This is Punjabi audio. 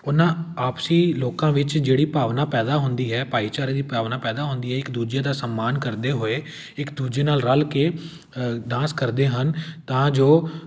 ਉਹਨਾਂ ਆਪਸੀ ਲੋਕਾਂ ਵਿੱਚ ਜਿਹੜੀ ਭਾਵਨਾ ਪੈਦਾ ਹੁੰਦੀ ਹੈ ਭਾਈਚਾਰੇ ਦੀ ਭਾਵਨਾ ਪੈਦਾ ਹੁੰਦੀ ਹੈ ਇੱਕ ਦੂਜੇ ਦਾ ਸਨਮਾਨ ਕਰਦੇ ਹੋਏ ਇੱਕ ਦੂਜੇ ਨਾਲ਼ ਰਲ਼ ਕੇ ਡਾਂਸ ਕਰਦੇ ਹਨ ਤਾਂ ਜੋ